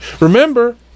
Remember